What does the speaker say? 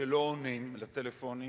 שלא עונים לטלפונים.